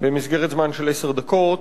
במסגרת זמן של עשר דקות.